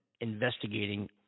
investigating